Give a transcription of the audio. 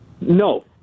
No